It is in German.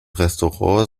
restaurant